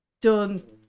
done